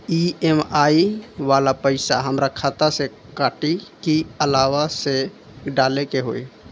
EMI वाला पैसा हाम्रा खाता से कटी की अलावा से डाले के होई?